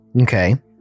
Okay